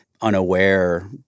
unaware